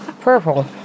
purple